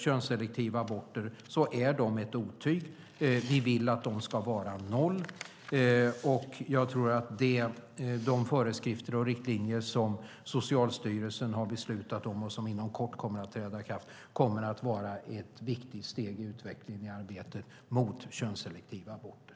Könsselektiva aborter är ett otyg. Vi vill att de ska vara noll. Jag tror att de föreskrifter och riktlinjer som Socialstyrelsen har beslutat om och som inom kort kommer att träda i kraft kommer att vara ett viktigt steg i utvecklingen av arbetet mot könsselektiva aborter.